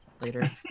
later